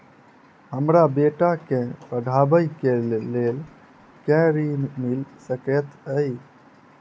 हमरा बेटा केँ पढ़ाबै केँ लेल केँ ऋण मिल सकैत अई?